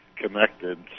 connected